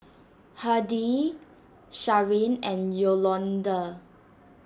Hardie Sharen and Yolonda